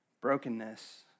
Brokenness